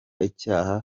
icyaha